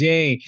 Yay